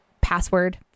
password